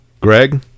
Greg